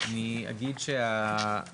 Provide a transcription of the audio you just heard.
על הרשות לגבי הרואות שחלות על בעלי רישיון